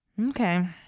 Okay